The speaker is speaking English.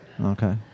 Okay